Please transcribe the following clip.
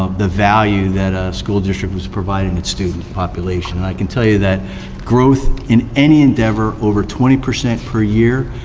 the value that a school district was providing its student population. and i can tell you that growth in any endeavor, over twenty percent per year,